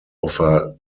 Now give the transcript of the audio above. offer